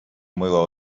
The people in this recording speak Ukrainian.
мило